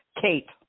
Kate